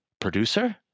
producer